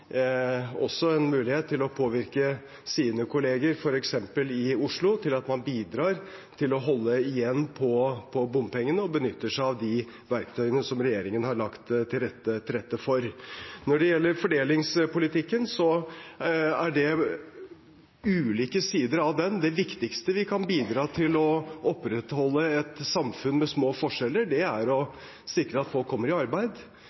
også en mulighet til å påvirke sine kolleger, f.eks. i Oslo, til at man bidrar til å holde igjen på bompengene og benytter seg av de verktøyene som regjeringen har lagt til rette for. Når det gjelder fordelingspolitikken, er det ulike sider ved den. Det viktigste vi kan bidra med for å opprettholde et samfunn med små forskjeller, er å sikre at folk kommer i arbeid.